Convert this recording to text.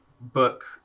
book